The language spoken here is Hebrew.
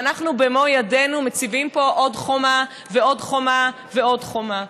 ואנחנו במו ידינו מציבים פה עוד חומה ועוד חומה ועוד חומה.